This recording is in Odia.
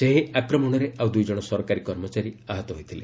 ସେହି ଆକ୍ରମଣରେ ଆଉ ଦୁଇଜଣ ସରକାରୀ କର୍ମଚାରୀ ଆହତ ହୋଇଥିଲେ